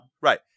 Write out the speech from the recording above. Right